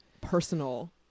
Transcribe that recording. personal